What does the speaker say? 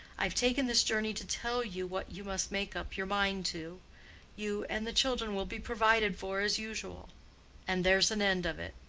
i've taken this journey to tell you what you must make up your mind to you and the children will be provided for as usual and there's an end of it.